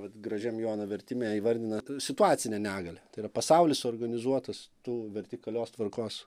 vat gražiam jono vertime įvardina situacine negalia tai yra pasaulis suorganizuotas tų vertikalios tvarkos